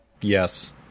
yes